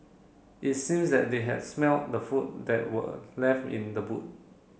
it seems that they had smelt the food that were left in the boot